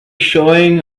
showing